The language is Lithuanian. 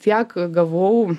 tiek gavau